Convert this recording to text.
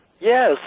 Yes